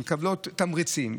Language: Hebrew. מקבלות תמריצים,